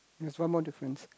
there's one more difference